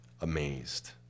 amazed